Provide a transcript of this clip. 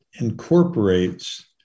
incorporates